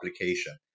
application